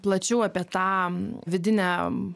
plačiau apie tą vidinę